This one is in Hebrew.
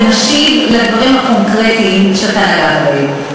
ונשיב על הדברים הקונקרטיים שאתה נגעת בהם.